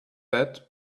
that